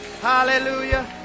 Hallelujah